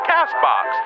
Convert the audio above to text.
CastBox